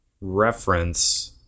reference